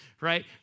right